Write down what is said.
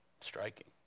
Striking